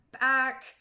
back